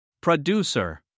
Producer